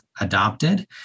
adopted